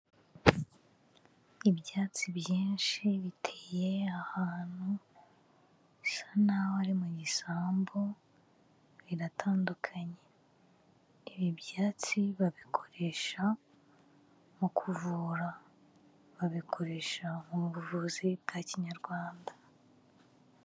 Ibyatsi byinshi biteye ahantu bisa n'aho ari mu gisambu biratandukanye, ibi byatsi babikoresha mu kuvura, babikoresha mu buvuzi bwa kinyarwanda.